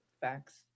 Facts